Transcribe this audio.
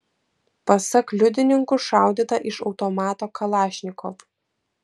pasak liudininkų šaudyta iš automato kalašnikov